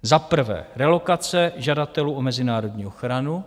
Za prvé, relokace žadatelů o mezinárodní ochranu.